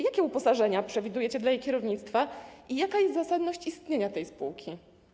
Jakie uposażenia przewidujecie dla jej kierownictwa i jaka jest zasadność istnienia tej spółki?